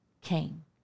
came